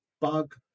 bug